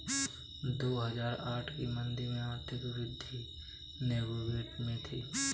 दो हजार आठ की मंदी में आर्थिक वृद्धि नेगेटिव में थी